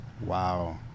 wow